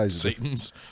Satan's